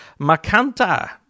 Macanta